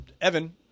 Evan